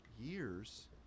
years